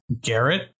Garrett